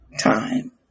time